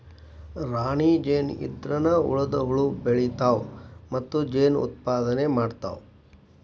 ರಾಣಿ ಜೇನ ಇದ್ರನ ಉಳದ ಹುಳು ಬೆಳಿತಾವ ಮತ್ತ ಜೇನ ಉತ್ಪಾದನೆ ಮಾಡ್ತಾವ